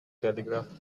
telegraph